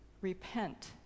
repent